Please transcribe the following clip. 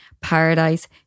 paradise